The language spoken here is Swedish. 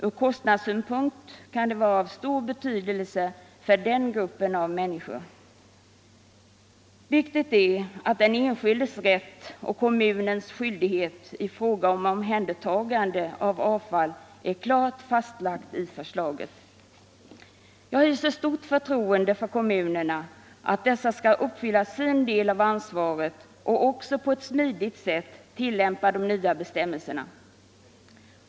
Ur kostnadssynpunkt kan det vara av stor betydelse för den gruppen av människor. Det är viktigt att den enskildes rätt och kommunens skyldighet i fråga om omhändertagande av avfall klart fastlagts i förslaget. Jag hyser stort förtroende för att kommunerna skall uppfylla sin del av ansvaret och också på ett smidigt sätt tillämpa de nya bestämmelserna.